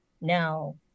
Now